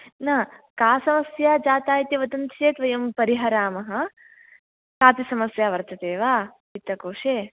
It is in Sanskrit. न का समस्या जाता इति वदन्ति चेत् वयं परिहरामः कापि समस्या वर्तते वा वित्तकोशे